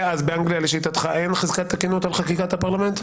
אז באנגליה לשיטתך אין חזקת תקינות על חקיקת הפרלמנט?